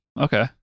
Okay